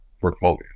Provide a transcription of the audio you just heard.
portfolio